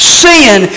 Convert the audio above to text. sin